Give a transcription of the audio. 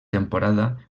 temporada